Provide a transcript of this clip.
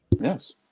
Yes